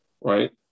right